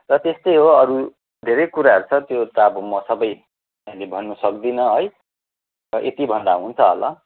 र त्यस्तै हो अरू धेरै कुराहरू छ त्यो त अब म सबै अहिले भन्नु सक्दिनँ है यति भन्दा हुन्छ होला